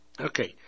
Okay